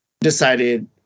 decided